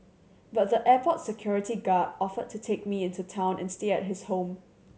but the airport security guard offered to take me into town and stay at his home